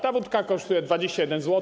Ta wódka kosztuje 21 zł.